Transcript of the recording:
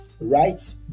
right